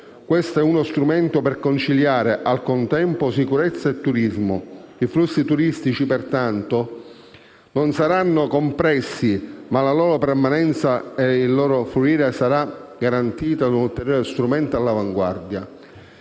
Questo è uno strumento per conciliare, al contempo, sicurezza e turismo. I flussi turistici, pertanto, non saranno compressi, ma la loro permanenza ed il loro fluire saranno garantiti da un ulteriore strumento all'avanguardia.